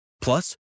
Plus